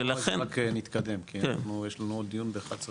בואו רק נתקדם, כי יש לנו עוד דיון ב-11:30.